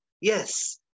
Yes